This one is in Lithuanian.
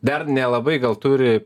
dar nelabai gal turi